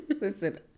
Listen